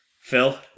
Phil